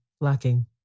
lacking